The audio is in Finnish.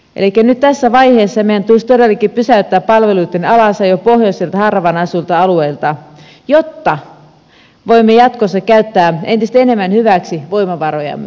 elikkä nyt tässä vaiheessa meidän tulisi todellakin pysäyttää palveluitten alasajo pohjoisilta harvaan asutuilta alueilta jotta voimme jatkossa käyttää entistä enemmän hyväksi voimavarojamme